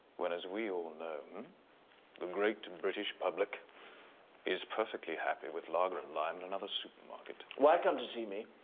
when as we all know the great and british public is perfectly happy with lager and lime from and another supermarket. why come to see me?